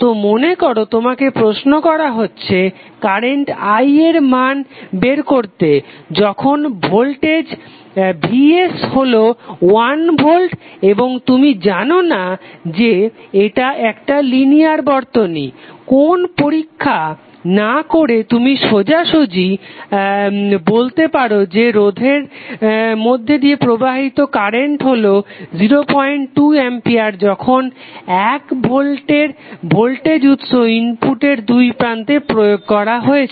তো মনেকর তোমাকে প্রশ্ন করা হয়েছে কারেন্ট i এর মান বের করতে যখন ভোল্টেজ vs হলো 1 ভোল্ট এবং তুমি জানো যে এটা একটা লিনিয়ার বর্তনী কোনো পরীক্ষা না করে তুমি সোজাসুজি বলতে পারো যে রোধের মধ্যে দিয়ে প্রবাহিত কারেন্ট হলো 02 অ্যাম্পিয়ার যখন 1 ভোল্টের ভোল্টেজ উৎস ইনপুটের দুই প্রান্তে প্রয়োগ করা হয়েছে